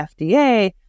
FDA